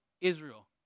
Israel